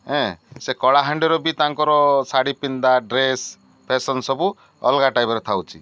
ଏଁ ସେ କଳାହାଣ୍ଡିର ବି ତାଙ୍କର ଶାଢ଼ୀ ପିନ୍ଧା ଡ୍ରେସ୍ ଫେସନ୍ ସବୁ ଅଲଗା ଟାଇପର ଥାଉଚି